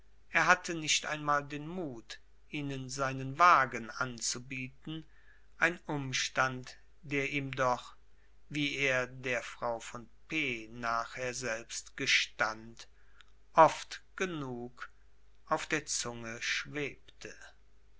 er hatte nicht einmal den mut ihnen seinen wagen anzubieten ein umstand der ihm doch wie er der frau von p nachher selbst gestand oft genug auf der zunge schwebte